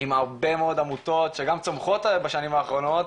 עם הרבה מאוד עמותות שגם צומחות בשנים האחרונות,